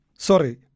sorry